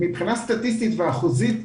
מבחינה סטטיסטית ואחוזית,